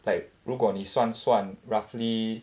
like 如果你算算 roughly